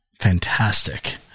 fantastic